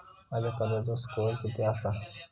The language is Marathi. माझ्या कर्जाचो स्कोअर किती आसा?